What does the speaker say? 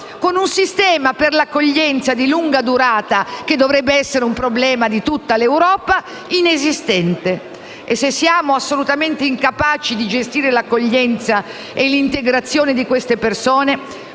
con un sistema per l'accoglienza di lunga durata inesistente, cosa che dovrebbe essere un problema di tutta l'Europa. Se siamo assolutamente incapaci di gestire l'accoglienza e l'integrazione di queste persone,